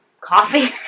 coffee